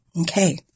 Okay